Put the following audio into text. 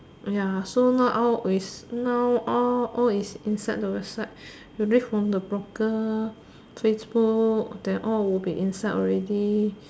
ya so now all is now all all is inside the website read from the blogger Facebook they all will be inside already